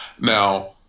now